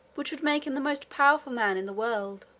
which would make him the most powerful man in the world.